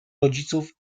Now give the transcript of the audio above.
rodziców